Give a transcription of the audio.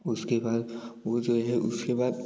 उसके बाद वह जो है उसके बाद